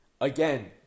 Again